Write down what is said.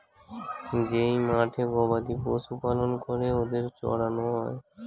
যেই মাঠে গবাদি পশু পালন করে ওদের চড়ানো হয়